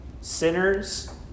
sinners